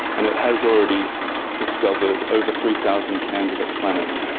and it has already discovered over three thousand candidate planets,